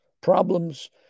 problems